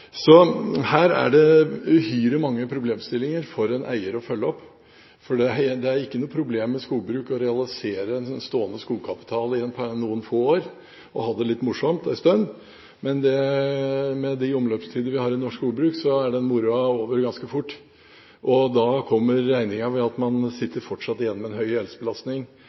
Her er det uhyre mange problemstillinger for en eier å følge opp. Det er ikke noe problem i skogbruket å realisere en stående skogkapital i noen få år og ha det litt morsomt en stund, men med de omløpstider vi har i norsk skogbruk, er den moroa over ganske fort. Da kommer regningen ved at man fortsatt sitter igjen med en høy gjeldsbelastning.